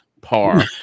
par